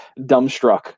dumbstruck